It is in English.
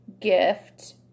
gift